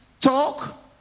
talk